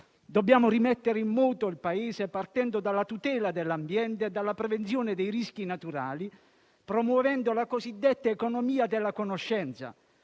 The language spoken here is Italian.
Dobbiamo rimettere in moto il Paese partendo dalla tutela dell'ambiente e dalla prevenzione dei rischi naturali, promuovendo la cosiddetta economia della conoscenza.